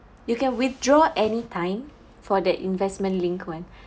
you can withdraw anytime for the investment linked [one]